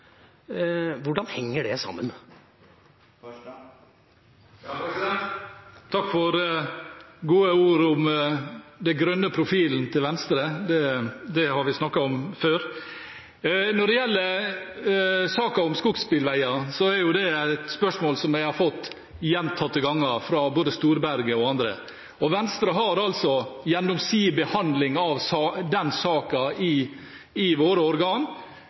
Hvordan henger det sammen? Takk for gode ord om den grønne profilen til Venstre, det har vi snakket om før. Når det gjelder saken om skogsbilveier, er det et spørsmål som jeg har fått gjentatte ganger fra både Storberget og andre. Venstre har gjennom sin behandling av den saken i våre